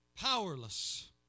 Powerless